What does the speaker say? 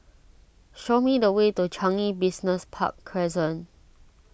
show me the way to Changi Business Park Crescent